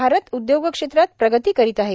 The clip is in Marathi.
भारत उद्योगक्षेत्रात प्रगती करीत आहे